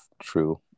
true